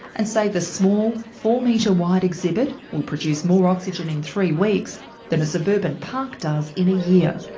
and say the small four metre wide exhibit will produce more oxygen in three weeks than a suburban park does in a year.